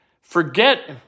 forget